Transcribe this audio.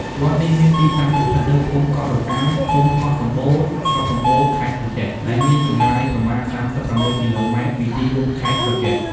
វត្តនេះមានទីតាំងស្ថិតនៅភូមិកោះរកា ឃុំកោះសំបូរ ស្រុកសំបូរ ខេត្តក្រចេះ ដែលមានចម្ងាយប្រមាណ ៣៦ គីឡូម៉ែត្រ ពីទីរួមខេត្តក្រចេះ ។